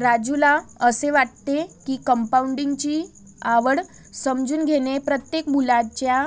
राजूला असे वाटते की कंपाऊंडिंग ची आवड समजून घेणे प्रत्येक मुलाच्या